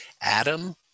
Adam